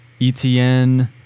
ETN